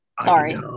Sorry